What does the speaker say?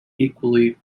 equally